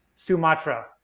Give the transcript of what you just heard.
Sumatra